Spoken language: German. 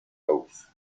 auf